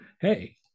hey